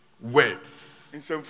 words